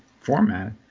format